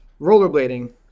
rollerblading